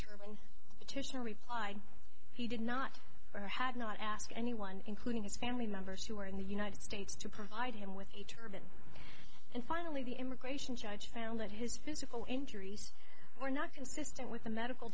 turban petitional replied he did not or had not asked anyone including his family members who were in the united states to provide him with a turban and finally the immigration judge found that his physical injuries were not consistent with the medical